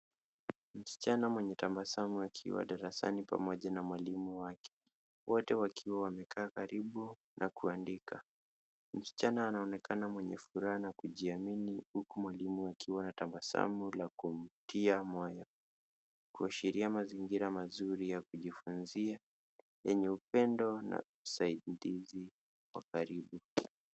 Msichana akiwa darasani pamoja na mwalimu wake ,wote wakiwa wamekaa karibu na kuandika. Msichana anaonekana mwenye furaha na kujiamini huku mwalimu akiwa na tabasamu na kumtia moyo kuashiria mazingira mazuri ya kujifunzia yenye upendo na usaindizi wa karibu.